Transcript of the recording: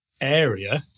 area